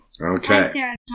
Okay